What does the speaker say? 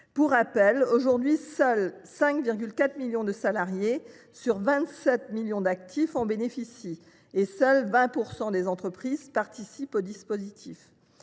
Pour rappel, aujourd’hui, seuls 5,4 millions de salariés, sur 27 millions d’actifs, en bénéficient, et 20 % seulement des entreprises participent au dispositif.